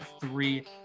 three